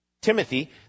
Timothy